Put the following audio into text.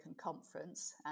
Conference